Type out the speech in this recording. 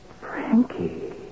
Frankie